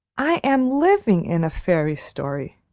i am living in a fairy story!